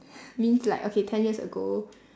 means like okay ten years ago